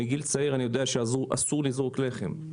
מגיל צעיר אני יודע שאסור לזרוק לחם,